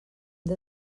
del